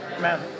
man